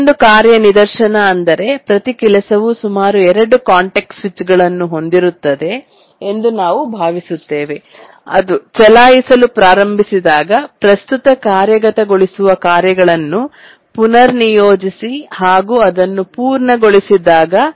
ಪ್ರತಿಯೊಂದು ಕಾರ್ಯ ನಿದರ್ಶನ ಅಂದರೆ ಪ್ರತಿ ಕೆಲಸವು ಸುಮಾರು 2 ಕಾಂಟೆಕ್ಸ್ಟ್ ಸ್ವಿಚ್ಗಳನ್ನು ಹೊಂದಿರುತ್ತದೆ ಎಂದು ನಾವು ಭಾವಿಸುತ್ತೇವೆ ಅದು ಚಲಾಯಿಸಲು ಪ್ರಾರಂಭಿಸಿದಾಗ ಪ್ರಸ್ತುತ ಕಾರ್ಯಗತಗೊಳಿಸುವ ಕಾರ್ಯಗಳನ್ನು ಪೂರ್ವನಿಯೋಜಿಸಿ ಹಾಗೂ ಅದನ್ನು ಪೂರ್ಣಗೊಳಿಸಿದಾಗ